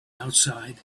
outside